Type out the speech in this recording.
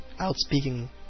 outspeaking